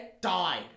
died